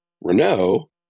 Renault